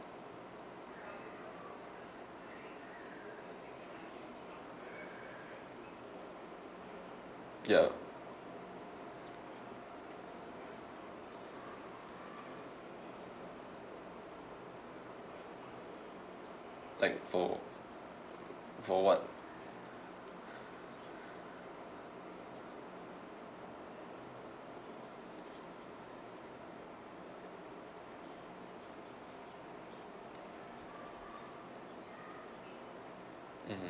ya like for for what mm